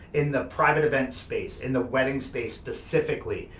in the private event space, in the wedding space specifically,